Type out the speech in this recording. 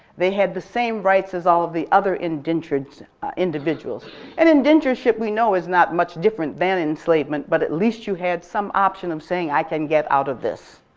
they had the same rights as all of the other indentured servants and indentureship we know is not much different than enslavement but at least you had some option of saying i can get out of this.